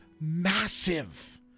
massive